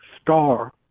star